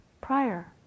prior